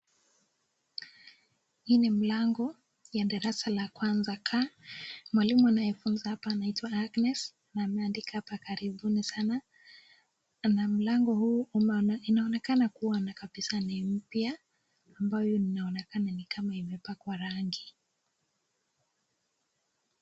Hii ni mlango ya darasa la kwanza, mwalimu anayefunza hapa anaitwa Agnes na ameandika hapa karibuni sana na mlango huu inaonekana kuwa kabisaa ni mpya ambayo inaonekana ni kama imepakwa rangi.